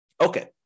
Okay